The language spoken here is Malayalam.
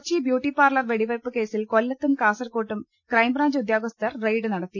കൊച്ചി ബ്യൂട്ടിപാർലർ വെടിവെയ്പ്പ് കേസിൽ കൊല്പത്തും കാസർകോട്ടും ക്രൈംബ്രാഞ്ച് ഉദ്യോഗസ്ഥർ റെയ്ഡ് നടത്തി